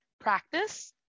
practice